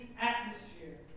atmosphere